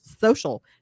social